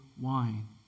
wine